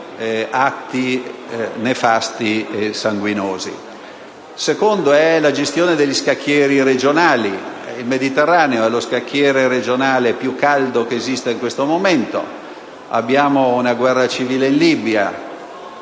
Il Mediterraneo è lo scacchiere regionale più caldo che esista in questo momento: vi è una guerra civile in Libia;